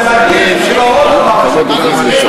הוא רוצה להגיב, שיהיה לו עוד על מה להגיב.